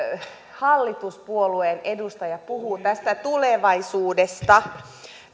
hallituspuolueen edustaja puhuu tulevaisuudesta